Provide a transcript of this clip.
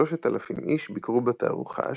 כ-3,000 איש ביקרו בתערוכה,